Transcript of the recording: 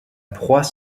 proie